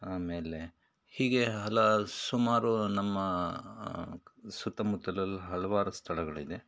ಆಮೇಲೆ ಹೀಗೆ ಹಲ ಸುಮಾರು ನಮ್ಮ ಸುತ್ತ ಮುತ್ತಲಲ್ಲಿ ಹಲವಾರು ಸ್ಥಳಗಳಿದೆ